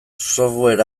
software